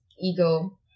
ego